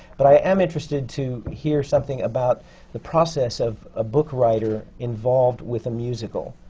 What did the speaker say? but i am interested to hear something about the process of a book writer involved with a musical.